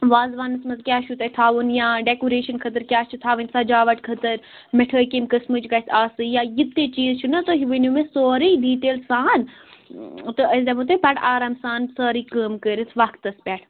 وازٕوانَس منٛز کیٛاہ چھُو تۄہہِ تھاوُن یا ڈیکوریشَن خٲطرٕ کیٛاہ چھِ تھاوٕنۍ سَجاوَٹ خٲطرٕ مِٹھٲے کَمہِ قٕسمٕچ گَژھِ آسٕنۍ یا یہِ تۅہہِ چیٖز چھُنا تُہۍ ؤنِو مےٚ سورُے ڈِٹیل سان تہٕ أسۍ دَپہو تۄہہِ پَتہٕ آرام سان سٲرٕے کٲم کٔرِتھ وقتَس پٮ۪ٹھ